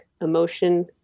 emotion